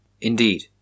Indeed